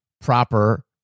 proper